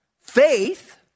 faith